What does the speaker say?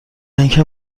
اینکه